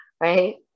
right